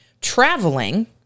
traveling